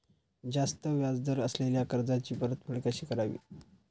जास्त व्याज दर असलेल्या कर्जाची परतफेड कशी करावी?